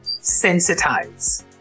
sensitize